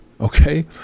Okay